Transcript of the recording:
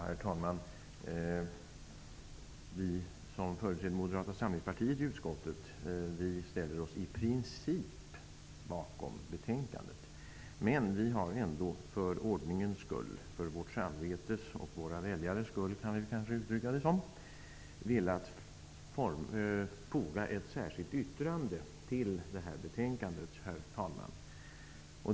Herr talman! Vi som företräder Moderata samlingspartiet i utskottet ställer oss i princip bakom betänkandet. Men vi har ändå för ordningens skull -- för vårt samvetes och för våra väljares skull, kan man kanske säga -- fogat ett särskilt yttrande till det här betänkandet.